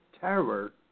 terror